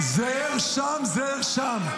זה שם, זה שם.